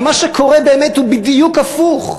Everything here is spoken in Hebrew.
אבל מה שקורה באמת הוא בדיוק הפוך.